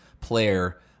player